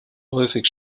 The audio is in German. häufig